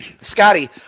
Scotty